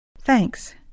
Thanks